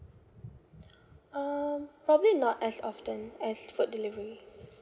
um probably not as often as food delivery